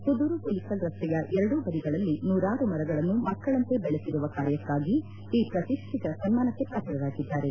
ಕುದೂರು ಹುಲಿಕಲ್ ರಸ್ತೆಯ ಎರಡೂ ಬದಿಗಳಲ್ಲಿ ನೂರಾರು ಮರಗಳನ್ನು ಮಕ್ಕಳಂತೆ ಬೆಳಸಿರುವ ಕಾರ್ಯಕ್ಕಾಗಿ ಈ ಪ್ರತಿಷ್ಠಿತ ಸನ್ದಾನಕ್ಕೆ ಪಾತ್ರರಾಗಿದ್ದಾರೆ